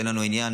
אין לנו עניין,